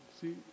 See